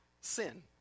sin